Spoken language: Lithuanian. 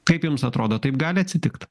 kaip jums atrodo taip gali atsitikt